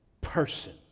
person